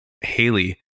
Haley